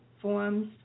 forms